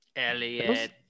Elliot